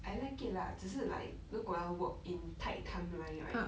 I like it lah 只是 like 如果要 work in tight timeline right